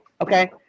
okay